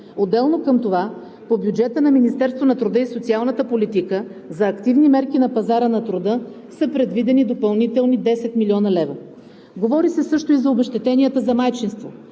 Отделно към това от бюджета на Министерството на труда и социалната политика за активни мерки на пазара на труда са предвидени допълнителни 10 млн. лв. Говори се също и за обезщетенията за майчинство.